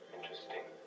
Interesting